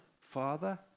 Father